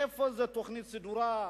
איזו תוכנית סדורה,